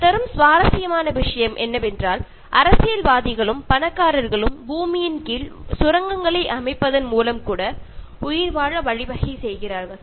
அது தரும் சுவாரஸ்யமான விஷயம் என்னவென்றால் அரசியல்வாதிகளும் பணக்காரர்களும் பூமியின் கீழ் சுரங்கங்களை அமைப்பதன் மூலம் கூட உயிர்வாழ வழிவகை செய்கிறார்கள்